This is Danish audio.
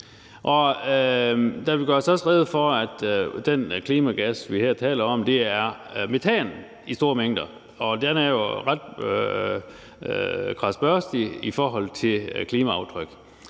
Der bliver også gjort rede for, at den klimagas, vi her taler om, er metan i store mængder, og den er jo ret krasbørstig i forhold til klimaaftryk.